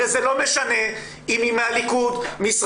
הרי זה לא משנה אם היא מהליכוד או מישראל